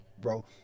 bro